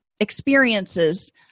experiences